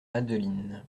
adeline